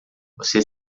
você